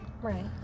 Right